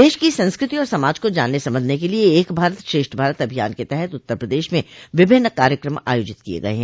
देश की संस्कृति और समाज को जानने समझने के लिए एक भारत श्रेष्ठ भारत अभियान के तहत उत्तर प्रदेश में विभिन्न कार्यक्रम आयेाजित किये गये हैं